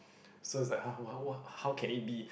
so it's like !huh! what what how can it be